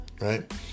right